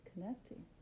connecting